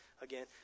again